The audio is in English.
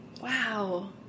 Wow